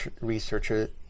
researcher